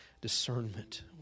discernment